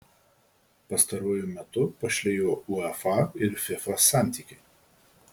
pastaruoju metu pašlijo uefa ir fifa santykiai